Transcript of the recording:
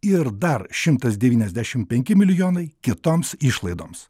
ir dar šimtas devyniasdešim penki milijonai kitoms išlaidoms